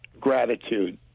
gratitude